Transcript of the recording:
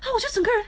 那我就整个人